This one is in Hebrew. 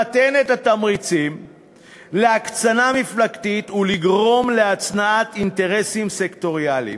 למתן את התמריצים להקצנה מפלגתית ולגרום להצנעת אינטרסים סקטוריאליים".